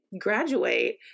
graduate